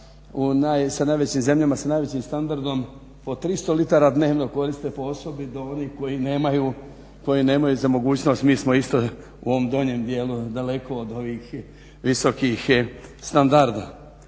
sa najvećim zemljama sa najvećim standardom po 300 litara dnevno koriste po osobi do onih koji nemaju za mogućnost, mi smo isto u ovom donjem dijelu daleko od ovih visokih standarda.